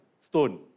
stone